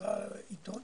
שקרא עיתון,